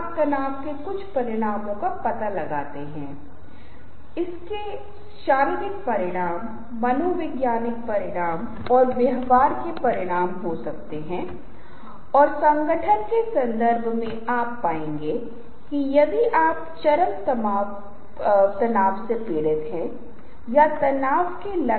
अभिव्यक्ति अच्छी तरह से टाले जाने पर उलझाते है इस तरह की दुखदाई अभिव्यक्ति अभिव्यक्ति जो संशय या आत्मविश्वास की कमी या अपनी गरदन को रगड़ना या खुरचना या अपने कमीज़ को फेंटना जो आपका गर्मी या कठिन महसूस होना या तनाव दर्शाता है